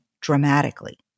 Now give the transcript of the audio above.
dramatically